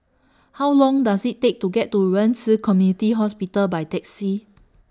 How Long Does IT Take to get to Ren Ci Community Hospital By Taxi